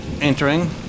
entering